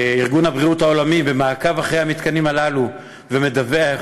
ארגון הבריאות העולמי נמצא במעקב אחרי המתקנים הללו ומדווח